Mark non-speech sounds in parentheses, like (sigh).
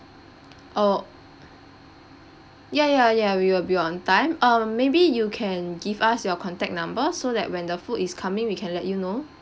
oh (breath) ya ya ya ya we will be on time um maybe you can give us your contact number so that when the food is coming we can let you know